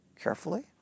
carefully